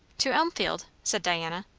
to elmfield? said diana.